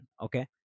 Okay